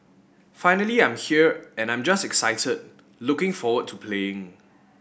finally I'm here and I'm just excited looking forward to playing